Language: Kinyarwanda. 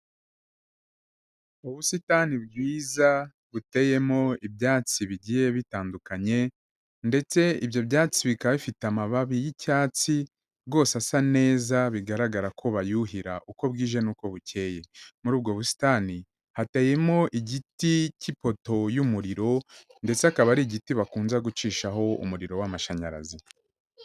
Ubusitani bwiza, buteyemo ibyatsi bigiye bitandukanye, ndetse ibyo byatsi bikaba bifite amababi y'icyatsi, rwose asa neza bigaragara ko bayuhira uko bwije n'uko bukeye. Muri ubwo busitani hateyemo igiti cy'ipoto y'umuriro, ndetse akaba ari igiti bakunze gucishaho umuriro w'amashanyarazi.